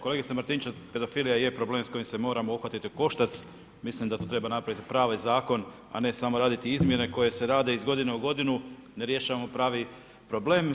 Kolegice Martinčev, pedofilija je problem s kojim se moramo uhvatiti u koštac, mislim da to treba napraviti pravi zakon a ne samo raditi izmjene koje se rade iz godine u godinu, ne rješavamo pravi problem.